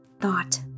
Thought